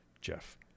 Jeff